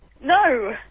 No